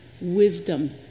wisdom